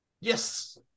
Yes